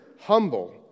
humble